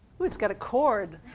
ooh, it's got a cord.